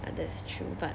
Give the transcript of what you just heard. ya that's true but